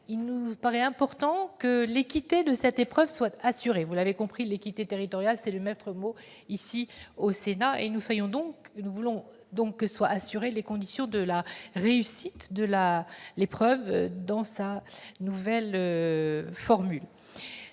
il nous paraît important que l'équité de cette épreuve soit assurée. Vous l'avez compris, l'équité territoriale est le maître mot ici, au Sénat. Nous voulons donc que soient réunies les conditions de la réussite de cet examen dans sa nouvelle formule.